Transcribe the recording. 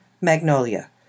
Magnolia